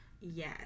yes